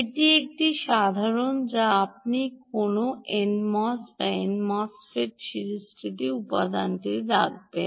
এটি একটি সাধারণ যা আপনি কোনও এনএমওএস এন মোসফেট সিরিজ উপাদানটিকে ডাকবেন